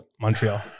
Montreal